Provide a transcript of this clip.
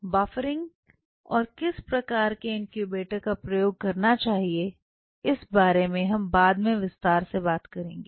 buffering और किस प्रकार के इनक्यूबेटर का प्रयोग करना चाहिए इस बारे में हम बाद में विस्तार से बात करेंगे